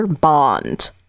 bond